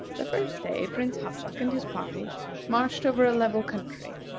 the first day prince hassak and his party marched over a level country,